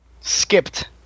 Skipped